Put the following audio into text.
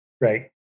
Right